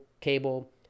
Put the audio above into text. cable